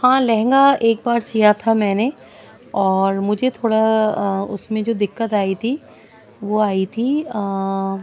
ہاں لہنگا ایک بار سیا تھا میں نے اور مجھے تھوڑا اس میں جو دقت آئی تھی وہ آئی تھی